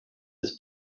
his